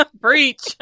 Breach